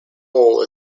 all